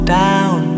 down